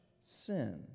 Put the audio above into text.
sin